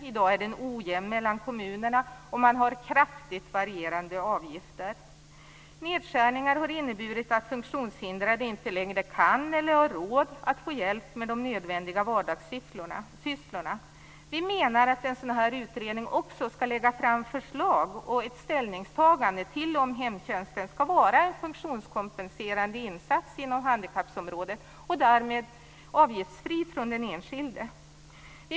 I dag är den ojämn mellan kommunerna, och man har kraftigt varierande avgifter. Nedskärningarna har inneburit att funktionshindrade inte längre kan eller har råd att få hjälp med de nödvändiga vardagssysslorna. Vi menar att en sådan här utredning också skall lägga fram förslag om ifall hemtjänsten skall vara en funktionskompenserande insats inom handikappområdet och därmed avgiftsfri för den enskilde.